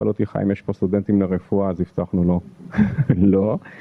חיים, יש פה סטודנטים לרפואה, אז הבטחנו לו, לא?